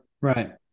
Right